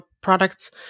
products